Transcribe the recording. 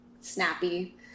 snappy